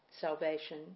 salvation